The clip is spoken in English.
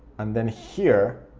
and then here